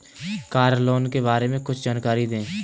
Car loan के बारे में कुछ जानकारी दें?